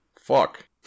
Fuck